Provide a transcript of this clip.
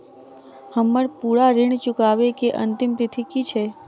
हम्मर पूरा ऋण चुकाबै केँ अंतिम तिथि की छै?